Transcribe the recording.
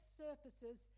surfaces